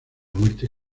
muerte